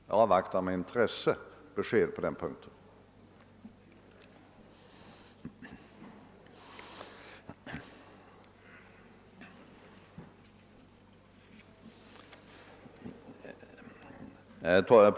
Jag avvaktar med intresse besked på den punkten.